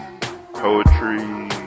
poetry